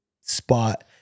spot